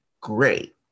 great